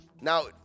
now